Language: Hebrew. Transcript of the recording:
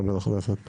חבר הכנסת פינדרוס,